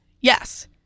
Yes